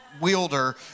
wielder